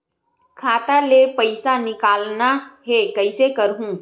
खाता ले पईसा निकालना हे, कइसे करहूं?